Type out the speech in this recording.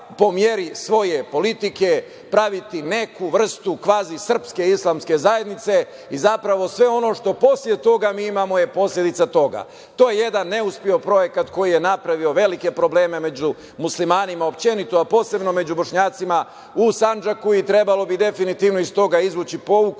svoje politike praviti neku vrstu kvazisrpske islamske zajednice zapravo sve ono što posle toga mi imamo je posledica toga. To je jedan neuspeo projekat koji je napravio velike probleme među muslimanima uopšteno, a posebno među Bošnjacima u Sandžaku i trebalo bi definitivno iz toga izvući pouku